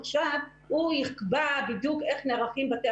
עכשיו הוא יקבע בדיוק איך נערכים בתי